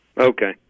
Okay